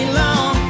long